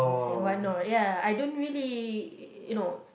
why not ya I don't really you know